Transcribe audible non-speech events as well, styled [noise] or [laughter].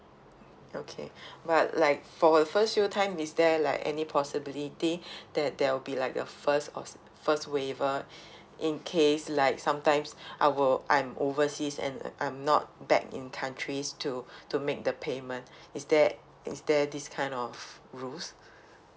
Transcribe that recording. okay [breath] but like for the first few time is there like any possibility [breath] that there will be like the first of first waiver in case like sometimes I were I'm overseas and uh I'm not back in countries to to make the payment is there is there this kind of rules